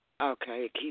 Okay